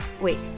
Wait